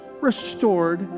restored